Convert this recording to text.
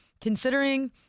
Considering